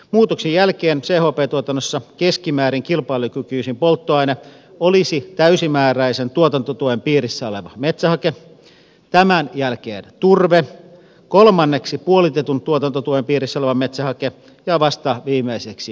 muutoksen jälkeen chp tuotannossa keskimäärin kilpailukykyisin polttoaine olisi täysimääräisen tuotantotuen piirissä oleva metsähake tämän jälkeen turve kolmanneksi puolitetun tuotantotuen piirissä oleva metsähake ja vasta viimeiseksi kivihiili